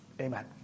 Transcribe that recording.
amen